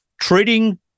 treating